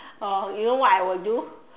oh you know what I will do